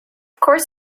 course